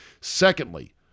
Secondly